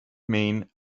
mean